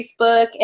Facebook